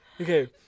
okay